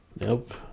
Nope